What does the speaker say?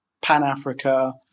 Pan-Africa